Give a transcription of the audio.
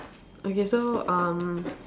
okay so um